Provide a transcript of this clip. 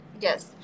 Yes